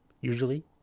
usually